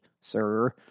sir